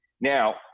Now